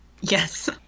Yes